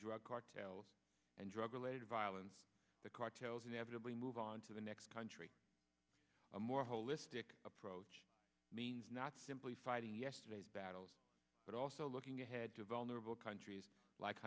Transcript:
drug cartels and drug related violence the cartels inevitably move on to the next country a more holistic approach means not simply fighting yesterday's battles but also looking ahead to vulnerable countries like